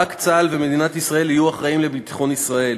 רק צה"ל ומדינת ישראל יהיו אחראים לביטחון ישראל.